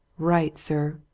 right, sir!